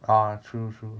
ah true true